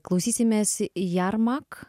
klausysimės jermak